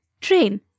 train